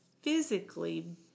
physically